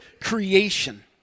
creation